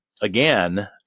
again